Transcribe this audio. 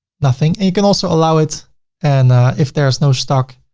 nothing and you can also allow it and if there's no stock,